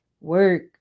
work